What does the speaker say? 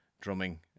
drumming